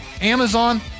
Amazon